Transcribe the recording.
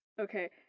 okay